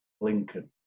lincoln